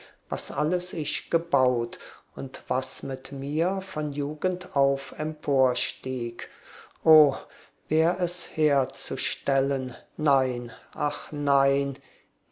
was alles ich gebaut und was mit mir von jugend auf emporstieg o wär es herzustellen nein ach nein